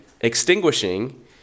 extinguishing